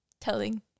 telling